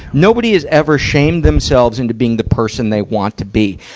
nobody has ever shamed themselves into being the person they want to be.